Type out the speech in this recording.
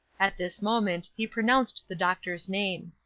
at this moment he pronounced the doctor's name.